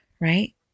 right